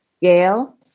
Gail